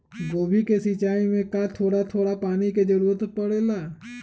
गोभी के सिचाई में का थोड़ा थोड़ा पानी के जरूरत परे ला?